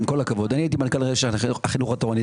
הייתי מנכ"ל רשת החינוך התורני.